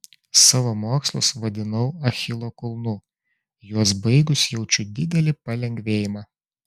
savo mokslus vadinau achilo kulnu juos baigusi jaučiu didelį palengvėjimą